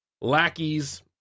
lackeys